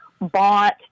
bought